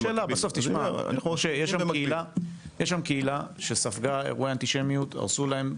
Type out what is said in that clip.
תשמע, יש שם קהילה שספגה אירועי אנטישמיות.